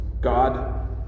God